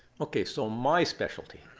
ok, so my specialty.